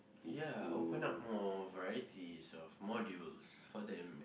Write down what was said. ya open up more varieties of modules for them